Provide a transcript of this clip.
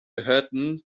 gehörten